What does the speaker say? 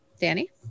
Danny